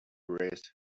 raised